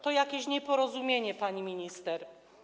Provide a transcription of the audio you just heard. To jakieś nieporozumienie, pani minister.